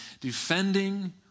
defending